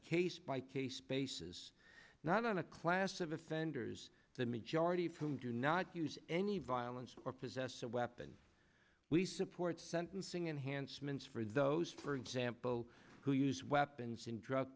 case by case basis not on a class of offenders the majority of whom do not use any violence or possess a weapon we support sentencing enhanced means for those for example who use weapons in drug